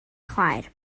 chwaer